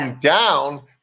down